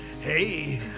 Hey